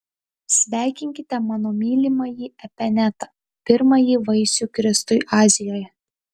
sveikinkite mano mylimąjį epenetą pirmąjį vaisių kristui azijoje